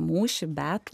mūšį bet